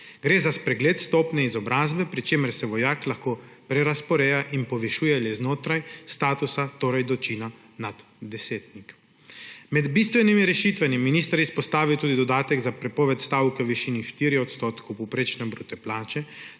Gre za spregled stopnje izobrazbe, pri čemer se vojak lahko prerazporeja in povišuje le znotraj statusa, torej do čina naddesetnik. Med bistvenimi rešitvami je minister izpostavil tudi dodatek za prepoved stavke v višini 4 % povprečne bruto plače